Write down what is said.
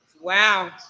Wow